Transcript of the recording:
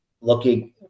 Looking